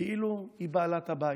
כאילו היא בעלת הבית,